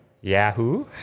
Yahoo